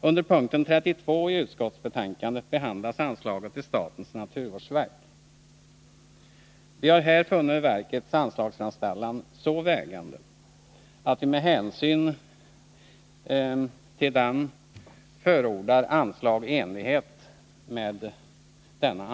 Under punkt 32 i utskottsbetänkandet behandlas anslaget till statens naturvårdsverk. Vi har funnit verkets anslagsframställan så vägande att vi med hänvisning till denna framställan förordar anslag i enlighet därmed.